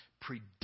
predict